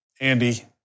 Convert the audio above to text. Andy